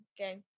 Okay